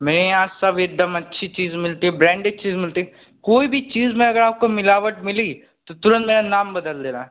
मैं यहाँ सब एकदम अच्छी चीज़ मिलती है ब्रैंडेड चीज़ मिलती है कोई भी चीज़ में अगर आपको मिलावट मिली तो तुरंत मेरा नाम बदल देना